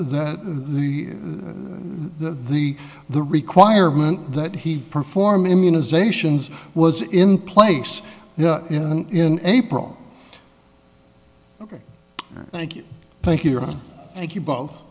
that that the the the requirement that he perform immunizations was in place in april ok thank you thank you thank you both